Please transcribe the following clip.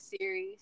series